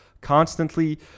constantly